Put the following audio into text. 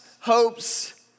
hopes